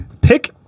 pick